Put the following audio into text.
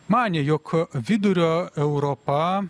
manė jog vidurio europa